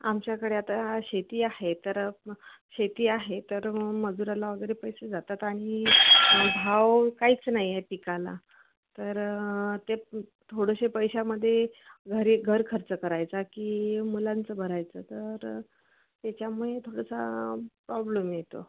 आमच्याकडे आता शेती आहे तर शेती आहे तर मजुराला वगैरे पैसे जातात आणि भाव काहीच नाही आहे पिकाला तर ते थोडेसे पैशामध्ये घरी घर खर्च करायचा की मुलांचं भरायचं तर त्याच्यामुळे थोडासा प्रॉब्लेम येतो